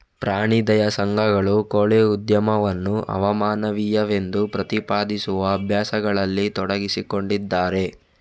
ಪ್ರಾಣಿ ದಯಾ ಸಂಘಗಳು ಕೋಳಿ ಉದ್ಯಮವನ್ನು ಅಮಾನವೀಯವೆಂದು ಪ್ರತಿಪಾದಿಸುವ ಅಭ್ಯಾಸಗಳಲ್ಲಿ ತೊಡಗಿಸಿಕೊಂಡಿದ್ದಾರೆ